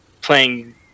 playing